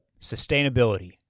sustainability